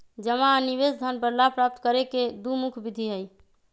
जमा आ निवेश धन पर लाभ प्राप्त करे के दु मुख्य विधि हइ